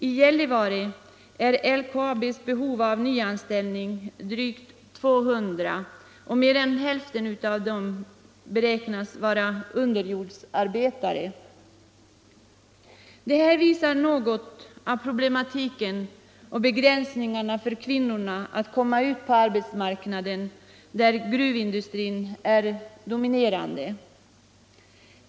I Gällivare är LKAB:s nyanställningsbehov drygt 200 personer, och mer än hälften av anställ ningarna avser underjordsarbete. Detta visar något av problemen och begränsningarna för kvinnorna som vill komma ut på arbetsmarknaden på orter, där gruvindustrin är dominerande.